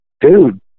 Dude